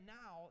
now